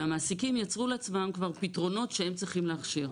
והמעסיקים יצרו לעצמם כבר פתרונות שהם צריכים להכשיר.